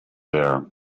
there